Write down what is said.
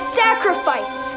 sacrifice